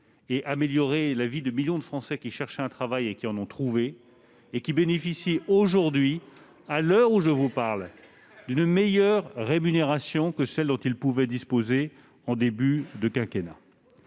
amélioré la vie de millions d'entre eux qui cherchaient un travail, qui en ont trouvé et qui bénéficient, à l'heure où je vous parle, d'une meilleure rémunération que celle dont ils pouvaient disposer au début du quinquennat.